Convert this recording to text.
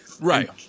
Right